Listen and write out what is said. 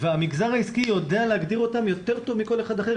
והמגזר העסקי יודע להגדיר אותם יותר טוב מכל אחד אחר,